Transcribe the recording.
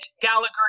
Gallagher